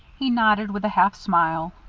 he nodded with a half-smile.